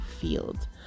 field